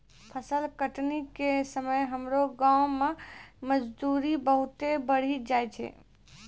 फसल कटनी के समय हमरो गांव मॅ मजदूरी बहुत बढ़ी जाय छै